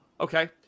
Okay